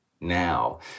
now